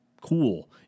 Cool